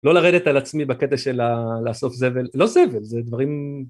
לא לרדת על עצמי בקטע של לאסוף זבל, לא זבל, זה דברים...